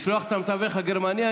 לשלוח את המתווך הגרמני?